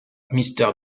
mister